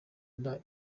nda